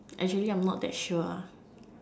actually I'm not that sure